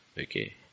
Okay